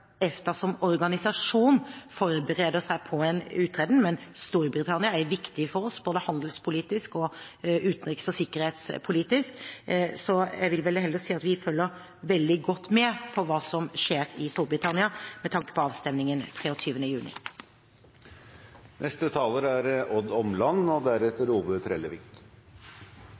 EFTA som organisasjon forbereder seg på en uttreden, men Storbritannia er viktig for oss både handelspolitisk og utenriks- og sikkerhetspolitisk, så jeg vil vel heller si at vi følger veldig godt med på hva som skjer i Storbritannia med tanke på avstemningen 23. juni. Først vil jeg takke interpellanten for å ta opp et viktig tema. Norsk næringsliv og